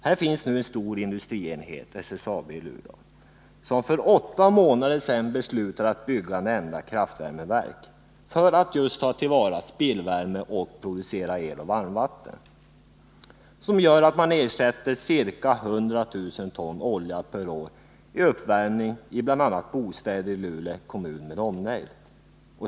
Här finns nu en stor industrienhet, SSAB i Luleå, som för åtta månader sedan beslutade att bygga nämnda kraftvärmeverk just för att kunna ta till vara spillvärme och producera el och varmvatten, vilket kan ersätta ca 100 000 ton olja per år för uppvärmning av bl.a. bostäder i Luleå kommun med omnejd.